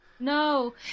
No